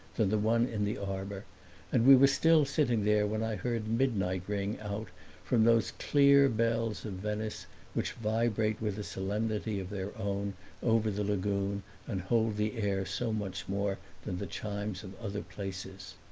than the one in the arbor and we were still sitting there when i heard midnight ring out from those clear bells of venice which vibrate with a solemnity of their own over the lagoon and hold the air so much more than the chimes of other places.